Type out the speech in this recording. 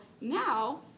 now